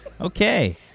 Okay